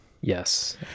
Yes